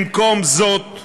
במקום זאת,